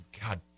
God